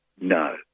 No